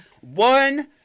one